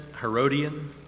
Herodian